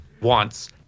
wants